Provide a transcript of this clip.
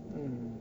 mm